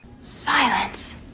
Silence